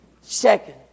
second